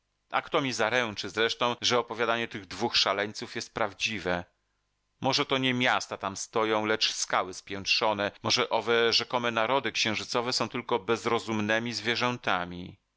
a kto mi zaręczy zresztą że opowiadanie tych dwóch szaleńców jest prawdziwe może to nie miasta tam stoją lecz skały spiętrzone może owe rzekome narody księżycowe są tylko bezrozumnemi zwierzętami